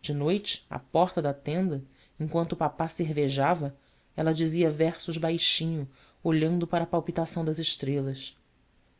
de noite à porta da tenda em quanto o papá cervejava ela dizia versos baixinho olhando para a palpitação das estrelas